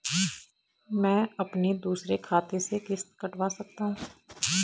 मैं अपने दूसरे खाते से किश्त कटवा सकता हूँ?